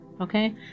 Okay